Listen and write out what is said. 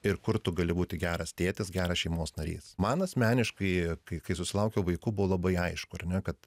ir kur tu gali būti geras tėtis geras šeimos narys man asmeniškai kai kai susilaukiau vaikų buvo labai aišku kad